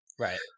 Right